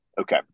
okay